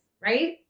right